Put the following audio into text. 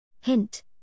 Hint